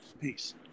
Peace